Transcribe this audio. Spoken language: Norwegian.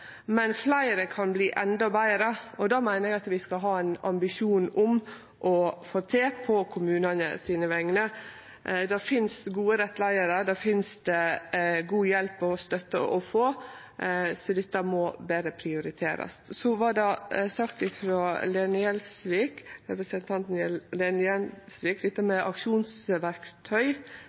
men fleire kan verte endå betre, og det meiner eg vi skal ha ein ambisjon om å få til på kommunane sine vegner. Det finst gode rettleiarar, det finst god hjelp og støtte å få, så dette må berre prioriterast.